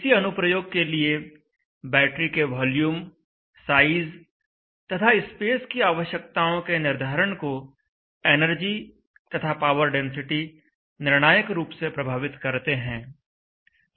किसी अनुप्रयोग के लिए बैटरी के वॉल्यूम साइज तथा स्पेस की आवश्यकताओं के निर्धारण को एनर्जी तथा पावर डेंसिटी निर्णायक रूप से प्रभावित करते हैं